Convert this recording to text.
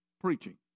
Preaching